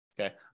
Okay